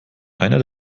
einer